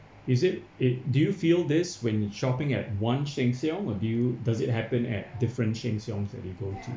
is it it do you feel this when you shopping at one sheng siong or do you does it happen at different sheng siong that you go to